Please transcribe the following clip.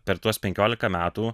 per tuos penkiolika metų